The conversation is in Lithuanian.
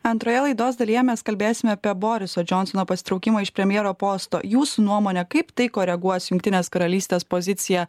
antroje laidos dalyje mes kalbėsime apie boriso džionsono pasitraukimą iš premjero posto jūsų nuomone kaip tai koreguos jungtinės karalystės poziciją